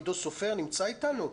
עידו סופר נמצא איתנו?